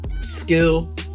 skill